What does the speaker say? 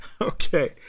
Okay